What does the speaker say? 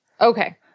okay